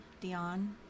Dion